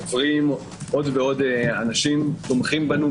עוד ועוד אנשים תומכים בנו,